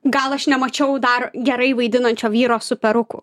gal aš nemačiau dar gerai vaidinančio vyro su peruku